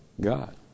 God